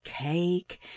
cake